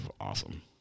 awesome